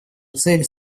цель